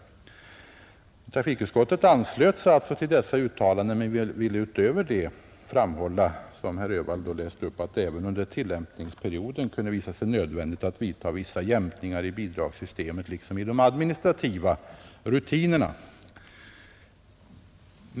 Trafikutskottet anslöt sig alltså till dessa uttalanden men ville utöver det — som herr Öhvall också läste upp — framhålla att det även under tillämpningsperioden kunde visa sig nödvändigt att vidta vissa jämkningar i bidragssystemet liksom i de administrativa rutinerna.